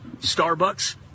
Starbucks